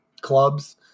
clubs